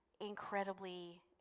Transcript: incredibly